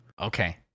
okay